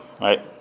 right